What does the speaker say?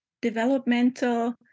developmental